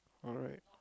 alright